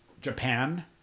Japan